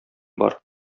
бар